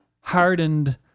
hardened